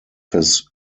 his